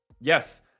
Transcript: yes